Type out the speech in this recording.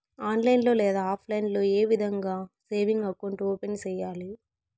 online లో లేదా offline లో ఏ విధంగా సేవింగ్ అకౌంట్ ఓపెన్ సేయాలి